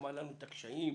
קשיים,